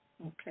Okay